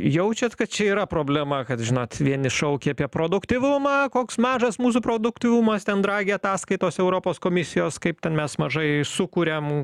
jaučiat kad čia yra problema kad žinot vieni šaukia apie produktyvumą koks mažas mūsų produktyvumas ten dragi ataskaitos europos komisijos kaip ten mes mažai sukuriam